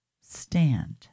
Stand